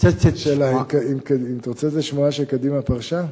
מתרוצצת שמועה, אתה רוצה איזו שמועה שקדימה פרשה?